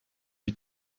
lui